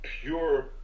pure